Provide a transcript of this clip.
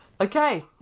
okay